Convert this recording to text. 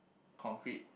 concrete